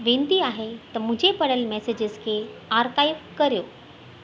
वेनिती आहे त मुंहिंजे पढ़ियल मैसेज़िस खे आर्काइव करियो